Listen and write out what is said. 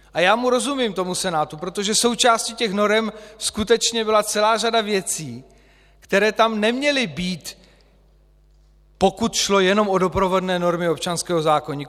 A já tomu Senátu rozumím, protože součástí těch norem skutečně byla celá řada věcí, které tam neměly být, pokud šlo jenom o doprovodné normy občanského zákoníku.